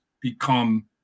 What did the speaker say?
become